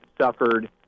suffered